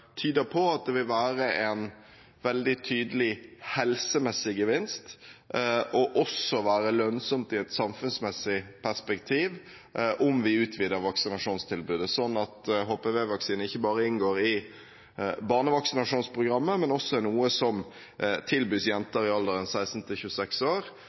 tyder på at det vil være en veldig tydelig helsemessig gevinst, og også være lønnsomt i et samfunnsmessig perspektiv, om vi utvider vaksinasjonstilbudet, sånn at HPV-vaksine ikke bare inngår i barnevaksinasjonsprogrammet, men også er noe som tilbys jenter i alderen 16 til 26 år,